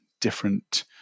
different